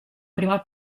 prima